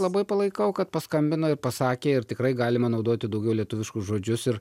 labai palaikau kad paskambino ir pasakė ir tikrai galima naudoti daugiau lietuviškus žodžius ir